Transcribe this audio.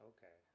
Okay